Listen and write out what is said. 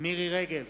מירי רגב,